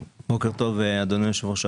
בוקר טוב אדוני היושב ראש.